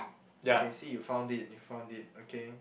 okay see you found it you found it okay